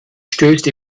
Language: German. stößt